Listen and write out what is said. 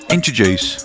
Introduce